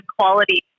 quality